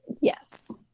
Yes